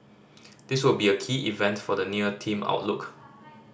this will be a key event for the near team outlook